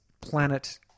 planet